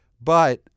but-